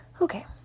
okay